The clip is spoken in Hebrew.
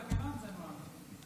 זה לא בתקנון, זה הנוהג.